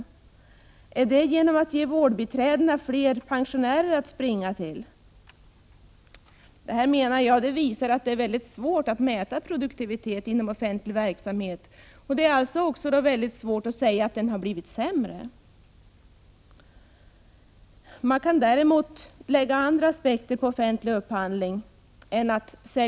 Ökar man produktiviteten genom att ge vårdbiträdena fler pensionärer att springa till? Dessa exempel visar att det är oerhört svårt att mäta produktivitet inom offentlig verksamhet. Det är alltså svårt att säga att den har blivit sämre. Däremot kan man anlägga andra aspekter på offentlig upphandling.